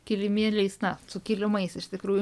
kilimėliais na su kilimais iš tikrųjų